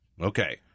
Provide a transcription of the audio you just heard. Okay